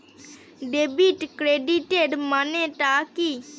Debit ক্রেডিটের মানে টা কি?